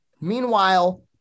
meanwhile